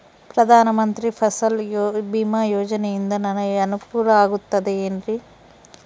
ಪ್ರಧಾನ ಮಂತ್ರಿ ಫಸಲ್ ಭೇಮಾ ಯೋಜನೆಯಿಂದ ನನಗೆ ಅನುಕೂಲ ಆಗುತ್ತದೆ ಎನ್ರಿ?